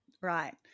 right